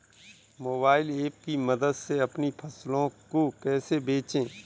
Mobile app की मदद से अपनी फसलों को कैसे बेचें?